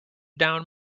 down